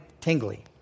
tingly